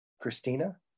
Christina